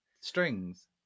strings